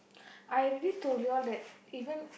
I really told you all that even